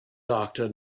doctor